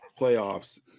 playoffs